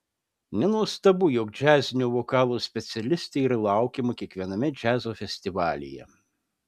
nenuostabu jog džiazinio vokalo specialistė yra laukiama kiekviename džiazo festivalyje